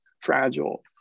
fragile